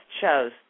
shows